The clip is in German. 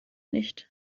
nicht